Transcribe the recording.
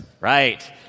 right